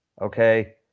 Okay